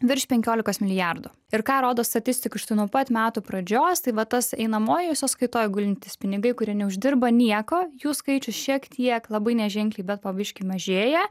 virš penkiolikos milijardų ir ką rodo statistikų šitų nuo pat metų pradžios tai va tas einamojoj sąskaitoj gulintys pinigai kurie neuždirba nieko jų skaičius šiek tiek labai neženkliai bet po biškį mažėja